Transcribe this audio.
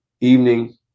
Evening